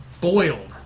boiled